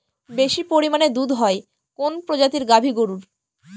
বেশি পরিমানে দুধ হয় কোন প্রজাতির গাভি গরুর?